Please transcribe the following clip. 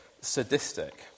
sadistic